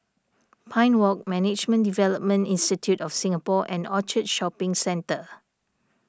Pine Walk Management Development Institute of Singapore and Orchard Shopping Centre